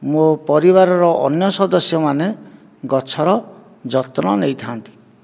ମୋ' ପରିବାରର ଅନ୍ୟ ସଦସ୍ୟମାନେ ଗଛର ଯତ୍ନ ନେଇଥାଆନ୍ତି